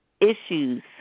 issues